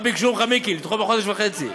מה ביקשו ממך, מיקי, לדחות בחודש וחצי.